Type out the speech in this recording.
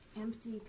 empty